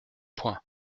point